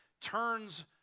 turns